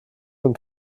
von